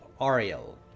ariel